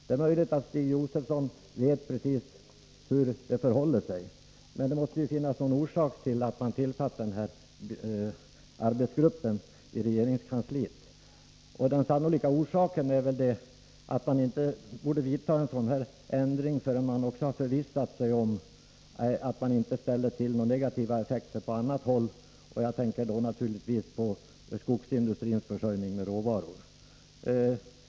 Det är möjligt att Stig Josefson vet hur det förhåller sig, men det måste finnas en orsak till att regeringskansliet har tillsatt den här arbetsgruppen. Den sannolika orsaken är väl att man inte bör vidta en sådan ändring förrän man har förvissat sig om att den inte får negativa effekter på annat håll. Jag tänker då naturligtvis på skogsindustrins försörjning med råvaror.